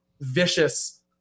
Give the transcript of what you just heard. vicious